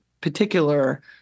particular